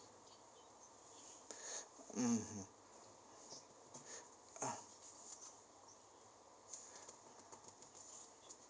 mmhmm ah